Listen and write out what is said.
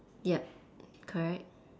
yup correct